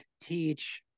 teach